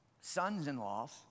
sons-in-law's